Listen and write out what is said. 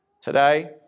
Today